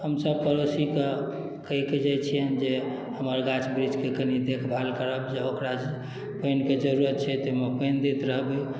हमसभ पड़ोसीके कहि कऽ जाइत छियैन्ह जे हमर गाछ वृक्षके कनी देखभाल करब जे ओकरा पानिके जरूरत छै तऽ ओहिमे पानि दैत रहबै